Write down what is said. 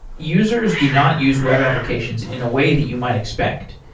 users do not use web applications in a way that you might expect,